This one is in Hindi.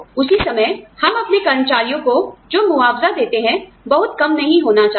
उसी समय हम अपने कर्मचारियों को जो मुआवजा देते हैं बहुत कम नहीं होना चाहिए